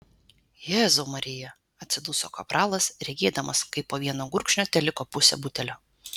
jėzau marija atsiduso kapralas regėdamas kaip po vieno gurkšnio teliko pusė butelio